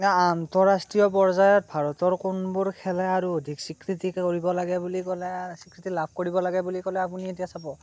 আন্তঃৰাষ্ট্ৰীয় পৰ্যায়ত ভাৰতৰ কোনবোৰ খেলে আৰু অধিক স্বীকৃতি কৰিব লাগে বুলি ক'লে স্বীকৃতি লাভ কৰিব লাগে বুলি ক'লে আপুনি এতিয়া চাব